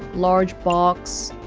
large box.